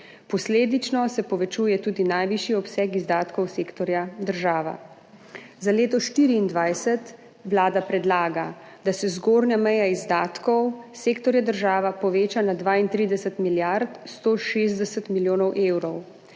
Posledično se povečuje tudi najvišji obseg izdatkov sektorja država. Za leto 2024 Vlada predlaga, da se zgornja meja izdatkov sektorja država poveča na 32 milijard 160 milijonov evrov.